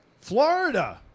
Florida